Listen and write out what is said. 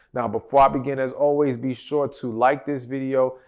now, before i begin as always be sure to like this video,